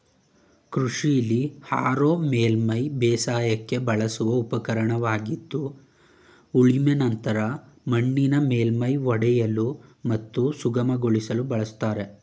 ಕೃಷಿಲಿ ಹಾರೋ ಮೇಲ್ಮೈ ಬೇಸಾಯಕ್ಕೆ ಬಳಸುವ ಉಪಕರಣವಾಗಿದ್ದು ಉಳುಮೆ ನಂತರ ಮಣ್ಣಿನ ಮೇಲ್ಮೈ ಒಡೆಯಲು ಮತ್ತು ಸುಗಮಗೊಳಿಸಲು ಬಳಸ್ತಾರೆ